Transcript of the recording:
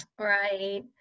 Right